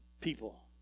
people